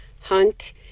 hunt